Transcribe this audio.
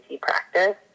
practice